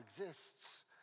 exists